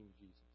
Jesus